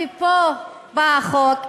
ופה בא החוק,